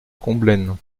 combelaine